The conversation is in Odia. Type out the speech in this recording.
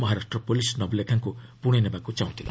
ମହାରାଷ୍ଟ୍ର ପୋଲିସ୍ ନବଲ୍ଖାଙ୍କୁ ପୁଣେ ନେବାକୁ ଚାହୁଁଛି